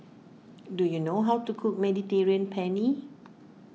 do you know how to cook Mediterranean Penne